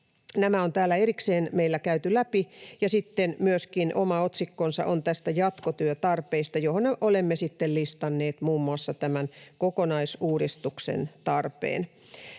nämä on täällä erikseen meillä käyty läpi, ja sitten myöskin oma otsikkonsa on jatkotyön tarpeista, joihin olemme listanneet muun muassa tämän kokonaisuudistuksen tarpeen.